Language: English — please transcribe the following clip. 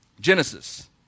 Genesis